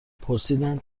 پرسیدند